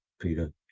Peter